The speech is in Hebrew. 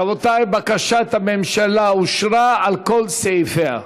רבותי, בקשת הממשלה אושרה על כל סעיפיה.